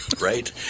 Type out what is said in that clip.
right